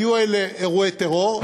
היו אלה אירועי טרור,